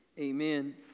Amen